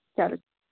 چلو